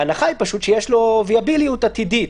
ההנחה היא שיש לו ויאביליות עתידית,